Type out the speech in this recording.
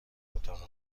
اتاق